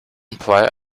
imply